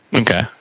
Okay